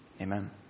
Amen